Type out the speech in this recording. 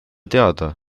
teada